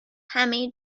همه